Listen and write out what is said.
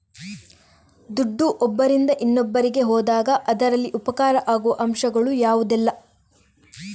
ದುಡ್ಡು ಒಬ್ಬರಿಂದ ಇನ್ನೊಬ್ಬರಿಗೆ ಹೋದಾಗ ಅದರಲ್ಲಿ ಉಪಕಾರ ಆಗುವ ಅಂಶಗಳು ಯಾವುದೆಲ್ಲ?